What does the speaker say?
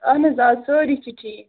اہن حظ آز سٲری چھِ ٹھیٖک